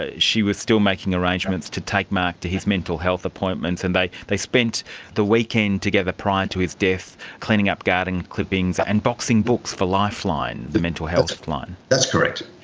ah she was still making arrangements to take mark to his mental health appointments, and they they spent the weekend together prior to his death cleaning up garden clippings and boxing books for lifeline, the mental health line. that's correct.